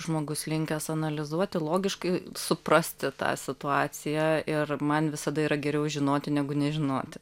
žmogus linkęs analizuoti logiškai suprasti tą situaciją ir man visada yra geriau žinoti negu nežinoti